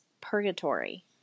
purgatory